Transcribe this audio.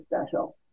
special